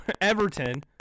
Everton